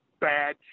bad